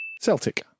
Celtic